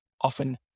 often